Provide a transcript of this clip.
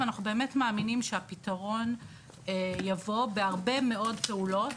ואנחנו באמת מאמינים שהפתרון יבוא בהרבה מאוד פעולות,